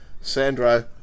Sandro